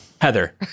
Heather